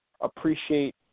appreciate